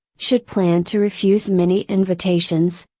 should plan to refuse many invitations,